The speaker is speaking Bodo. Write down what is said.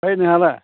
ओमफ्राय नोंहालाय